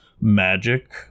magic